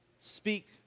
speak